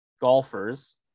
golfers